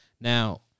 Now